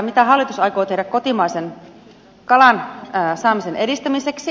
mitä hallitus aikoo tehdä kotimaisen kalan saamisen edistämiseksi